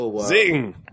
Zing